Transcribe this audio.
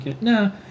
no